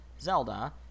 Zelda